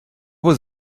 was